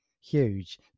huge